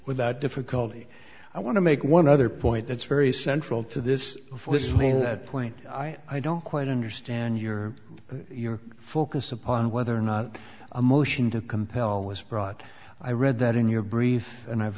without difficulty i want to make one other point that's very central to this before this is made that point i don't quite understand your your focus upon whether or not a motion to compel was brought i read that in your brief and i've